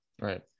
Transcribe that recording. Right